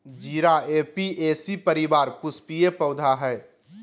जीरा ऍपियेशी परिवार पुष्पीय पौधा हइ